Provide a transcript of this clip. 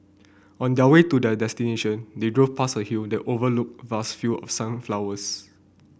on their way to their destination they drove past a hill that overlooked vast field of sunflowers